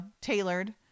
tailored